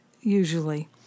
usually